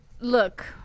look